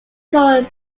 called